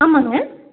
ஆமாங்க